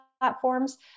platforms